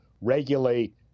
regulate